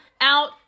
out